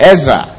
Ezra